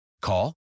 Call